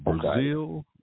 Brazil